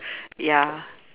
ya